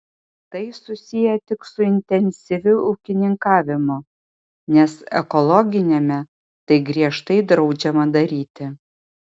tai susiję tik su intensyviu ūkininkavimu nes ekologiniame tai griežtai draudžiama daryti